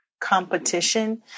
competition